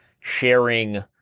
sharing